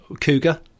Cougar